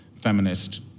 feminist